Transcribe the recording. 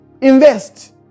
Invest